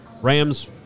Rams